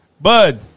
Bud